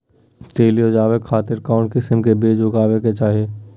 तिल उबजाबे खातिर कौन किस्म के बीज लगावे के चाही?